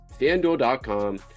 FanDuel.com